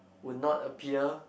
would not appear